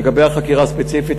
לגבי החקירה הספציפית,